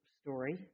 story